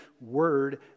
word